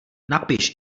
napiš